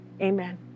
amen